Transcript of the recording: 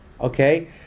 Okay